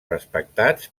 respectats